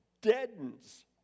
deadens